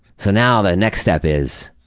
so now, the next step is